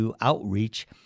outreach